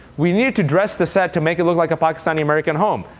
we needed to dress the set to make it look like a pakistani-american home.